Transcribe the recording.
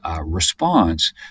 response